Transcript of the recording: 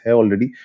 already